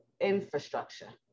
infrastructure